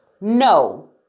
No